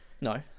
No